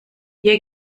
hier